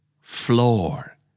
Floor